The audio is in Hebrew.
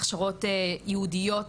הכשרות ייעודיות,